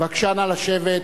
נא לשבת.